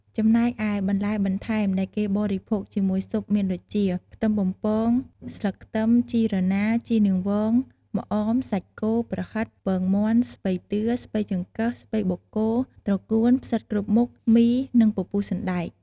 ចំណែកឯបន្លែបន្ថែមដែលគេបរិភោគជាមួយស៊ុបមានដូចជា ខ្ទឹមបំពង ស្លឹកខ្ទឹម ជីរណា ជីនាងវង ម្អម សាច់គោ ប្រហិត ពងមាន់ ស្ពៃតឿ ស្ពៃចង្កឹះ ស្ពៃបូកគោ ត្រកួន ផ្សិតគ្រប់មុខ មី និងពពុះសណ្ដែក។